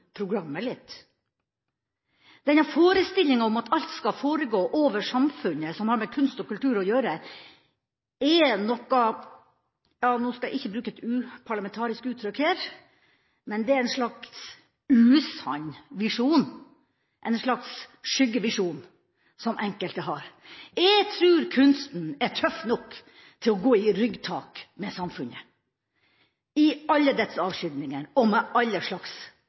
forestillinga om at alt som har med kunst og kultur å gjøre, skal foregå over samfunnet, er – og nå skal jeg ikke bruke et uparlamentarisk uttrykk – en slags usann visjon, en slags skyggevisjon, som enkelte har. Jeg tror kunsten er tøff nok til å gå i ryggtak med samfunnet, i alle dets avskygninger og med alle slags